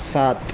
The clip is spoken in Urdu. سات